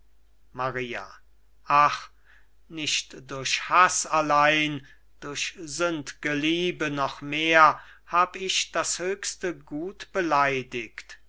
maria ach nicht durch haß allein durch sünd'ge liebe noch mehr hab ich das höchste gut beleidigt